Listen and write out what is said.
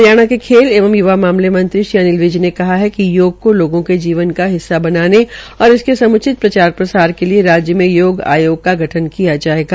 हरियाणा के खेल एवं य्वा मामले मंत्री श्री अनिल विज ने कहा कि योग को लोगों के जीवन का हिस्सा बनाने और इसके सम्चित प्रचार प्रसार के लिए राज्य में योग आयोग का गठन किया जाएगा